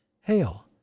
Hail